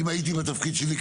אם הייתי בתפקיד שלי,